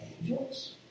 Angels